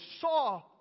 saw